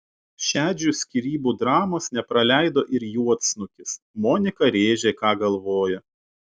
šedžių skyrybų dramos nepraleido ir juodsnukis monika rėžė ką galvoja